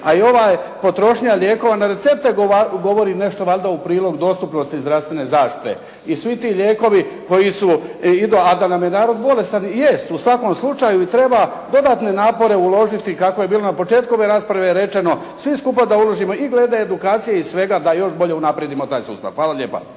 A i ova potrošnja lijekova na recepte govori nešto valjda u prilog dostupnosti zdravstvene zaštite i svi ti lijekovi koji su, a kada nam je narod bolestan i je u svakom slučaju i treba dodatne napore uložiti kako je bilo na početku ove rasprave rečeno, svi skupa da uložimo i glede edukacije i svega da još bolje unaprijedimo taj sustav. Hvala lijepa.